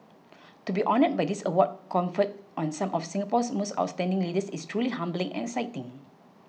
to be honoured by this award conferred on some of Singapore's most outstanding leaders is truly humbling and exciting